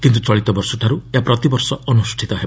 କିନ୍ତୁ ଚଳିତ ବର୍ଷଠାରୁ ଏହା ପ୍ରତିବର୍ଷ ଅନୁଷ୍ଠିତ ହେବ